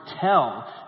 tell